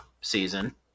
season